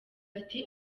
ati